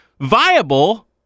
viable